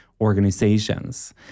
organizations